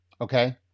Okay